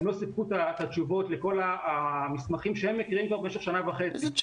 הם לא סיפקו את התשובות לכל המסמכים שהם מכירים כבר במשך שנה וחצי.